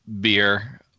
beer